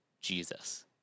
Jesus